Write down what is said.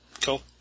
Cool